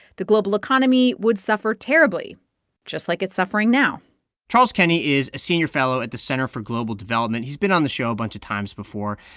the global economy would suffer terribly just like it's suffering now charles kenny is a senior fellow at the center for global development. he's been on the show a bunch of times before.